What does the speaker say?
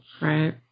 Right